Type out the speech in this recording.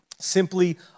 Simply